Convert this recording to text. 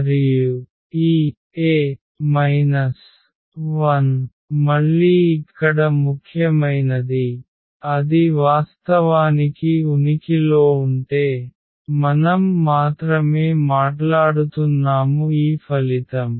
మరియు ఈ A 1 మళ్ళీ ఇక్కడ ముఖ్యమైనది అది వాస్తవానికి ఉనికిలో ఉంటే మనం మాత్రమే మాట్లాడుతున్నాము ఈ ఫలితం